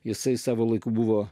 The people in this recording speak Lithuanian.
jisai savo laiku buvo